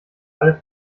alle